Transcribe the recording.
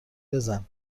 بزن